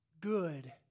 Good